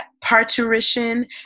parturition